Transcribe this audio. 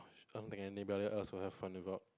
I don't think anybody else will have fun about